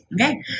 Okay